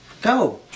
go